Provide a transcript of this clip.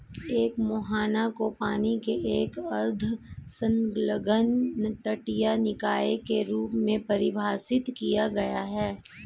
एक मुहाना को पानी के एक अर्ध संलग्न तटीय निकाय के रूप में परिभाषित किया गया है